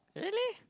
really